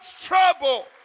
trouble